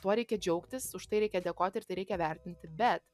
tuo reikia džiaugtis už tai reikia dėkoti ir tai reikia vertinti bet